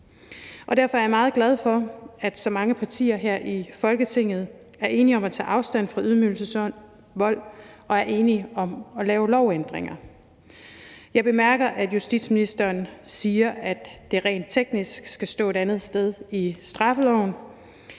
derfor er jeg meget glad for, at så mange partier her i Folketinget er enige om at tage afstand fra ydmygelsesvold, og at de er enige om at lave lovændringer. Jeg bemærker, at justitsministeren siger, at det rent teknisk skal stå et andet sted i straffeloven.